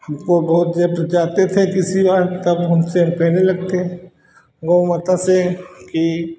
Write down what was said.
हमको बहुत जब जो जाते थे किसी बार तब हमसे कहने लगते गौ माता से कि